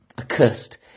accursed